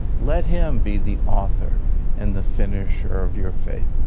let him be the author and the finisher of your faith.